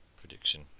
Prediction